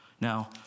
Now